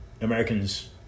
Americans